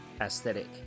Aesthetic